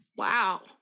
Wow